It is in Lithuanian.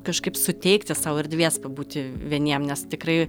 kažkaip suteikti sau erdvės pabūti vieniem nes tikrai